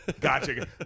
Gotcha